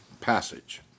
passage